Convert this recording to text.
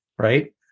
right